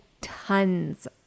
tons